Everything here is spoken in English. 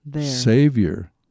Savior